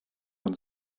und